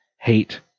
hate